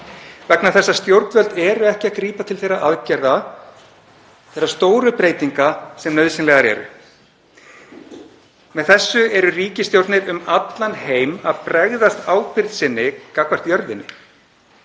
vegna þess að stjórnvöld eru ekki að grípa til þeirra aðgerða, þeirra stóru breytinga, sem nauðsynlegar eru. Með þessu eru ríkisstjórnir um allan heim að bregðast ábyrgð sinni gagnvart jörðinni,